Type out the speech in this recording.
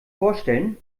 vorstellen